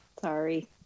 Sorry